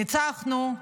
ניצחנו.